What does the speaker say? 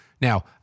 Now